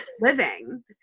living